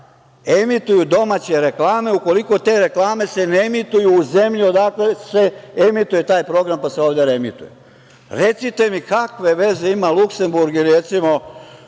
emituju domaće reklame, ukoliko se te reklame ne emituju u zemlji odakle se emituje taj program, pa se ovde reemituje. Recite mi kakve veze ima Luksenburg,